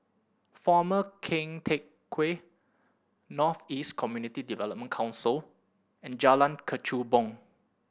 Former Keng Teck Whay North East Community Development Council and Jalan Kechubong